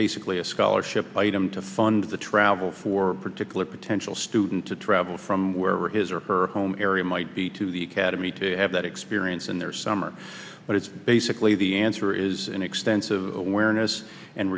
basically a scholarship item to fund the travel for particular potential student to travel from wherever his or her home area might be to the academy to have that experience in their summer but it's basically the answer is an extensive wherein is and